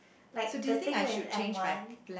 like the thing with M one